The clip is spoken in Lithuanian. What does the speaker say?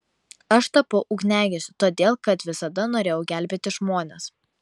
aš tapau ugniagesiu todėl kad visada norėjau gelbėti žmones